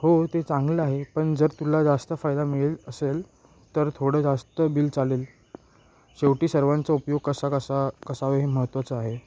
हो ते चांगलं आहे पण जर तुला जास्त फायदा मिळेल असेल तर थोडं जास्त बिल चालेल शेवटी सर्वांचा उपयोग कसा कसा असावे हे महत्त्वाचं आहे